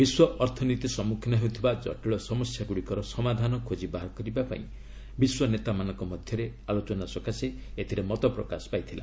ବିଶ୍ୱ ଅର୍ଥନୀତି ସମ୍ମୁଖୀନ ହେଉଥିବା କଟିଳ ସମସ୍ୟା ଗୁଡ଼ିକର ସମାଧାନ ଖୋଜି ବାହାର କରିବା ପାଇଁ ବିଶ୍ୱ ନେତାମାନଙ୍କ ମଧ୍ୟରେ ଆଲୋଚନା ସକାଶେ ଏଥିରେ ମତପ୍ରକାଶ ପାଇଥିଲା